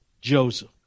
Joseph